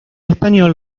español